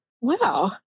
wow